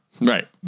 right